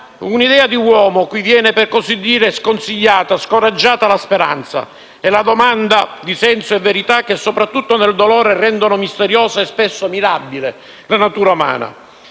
un'idea di uomo cui viene, per così dire, sconsigliata e scoraggiata la speranza e le domande di senso e verità che, soprattutto nel dolore, rendono misteriosa e spesso mirabile la natura umana.